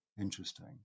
interesting